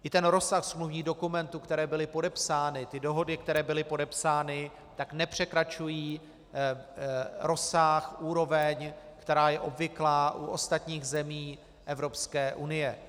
I ten rozsah smluvních dokumentů, které byly podepsány, ty dohody, které byly podepsány, tak nepřekračují rozsah, úroveň, která je obvyklá u ostatních zemí Evropské unie.